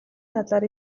талаар